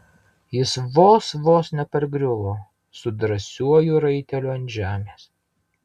jis vos vos nepargriuvo su drąsiuoju raiteliu ant žemės